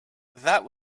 that